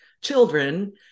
children